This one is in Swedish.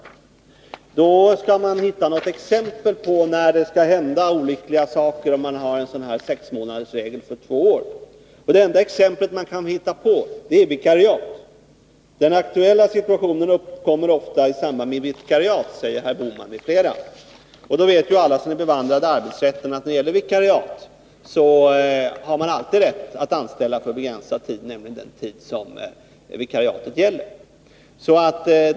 Motionärerna skall visa något exempel på när det kan hända olyckliga saker om man har en sexmånadersregel på två år, och det enda exempel man kan hitta på är vikariat. Den aktuella situationen uppkommer ofta i samband med vikariat, säger herr Bohman m.fl. Men alla som är bevandrade i arbetsrätten vet ju att när det gäller vikariat har man alltid rätt att anställa på begränsad tid, nämligen den tid som vikariatet avser.